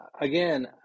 again